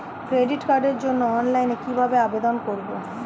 Credit কার্ডের জন্য অনলাইনে কিভাবে আবেদন করব?